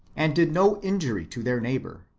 and did no injury to their neigh bour.